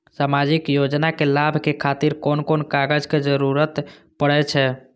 सामाजिक योजना के लाभक खातिर कोन कोन कागज के जरुरत परै छै?